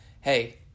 hey